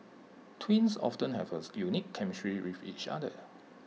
twins often have A unique chemistry with each other